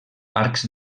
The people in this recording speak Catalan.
arcs